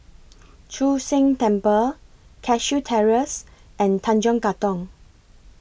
Chu Sheng Temple Cashew Terrace and Tanjong Katong